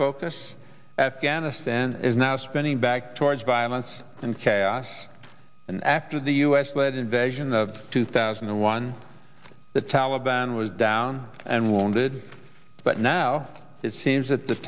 focus afghanistan is now spending back towards violence and chaos and after the u s led invasion of two thousand and one the taliban was down and wounded but now it seems that the